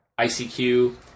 ICQ